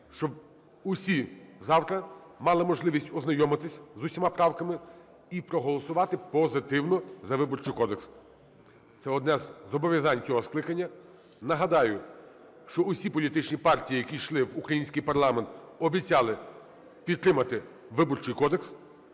щоб усі завтра мали можливість ознайомитись з усіма правками і проголосувати позитивно за Виборчий кодекс. Це одне з зобов'язань цього скликання. Нагадаю, що усі політичні партії, які йшли в український парламент, обіцяли підтримати Виборчий кодекс.